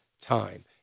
time